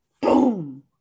Boom